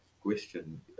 question